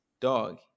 Dog